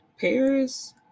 Paris